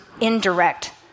indirect